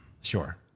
sure